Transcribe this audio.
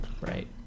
Right